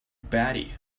batty